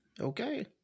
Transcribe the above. Okay